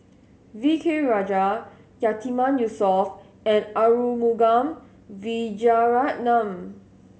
V K Rajah Yatiman Yusof and Arumugam Vijiaratnam